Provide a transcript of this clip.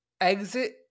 exit